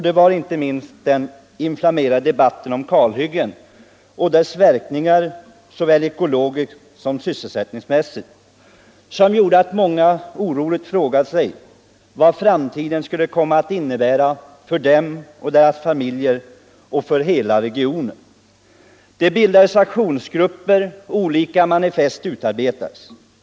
Det var den då uppflammande debatten om kalhyggena och deras verkningar, såväl ekologiskt som sysselsättningsmässigt, som gjorde att många frågade sig vad framtiden skulle komma att innebära för dem och deras familjer och för hela regioner. Det bildades aktionsgrupper, och olika manifest utarbetades.